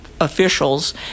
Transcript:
officials